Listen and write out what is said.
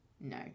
no